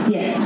Yes